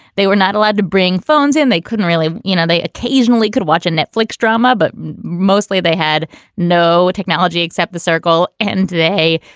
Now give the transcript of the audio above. they were not allowed to bring phones in. they couldn't really you know, they occasionally could watch a netflix drama, but mostly they had no technology except the circle. and today,